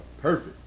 Perfect